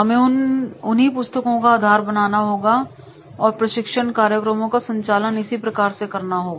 हमें उन्हीं पुस्तकों को आधार बनाना होगा और प्रशिक्षण कार्यक्रमों का संचालन इसी प्रकार से करना होगा